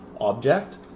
object